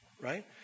Right